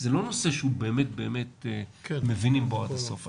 זה לא נושא שבאמת באמת מבינים בו עד הסוף.